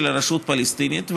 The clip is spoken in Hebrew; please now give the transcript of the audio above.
וגם של הרשות הפלסטינית.